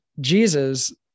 Jesus